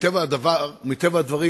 ומטבע הדברים,